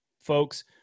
folks